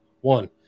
one